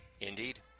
Indeed